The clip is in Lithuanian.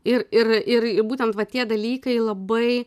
ir ir ir ir būtent va tie dalykai labai